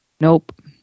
nope